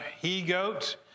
he-goat